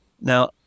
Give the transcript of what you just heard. Now